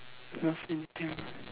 last minute tell me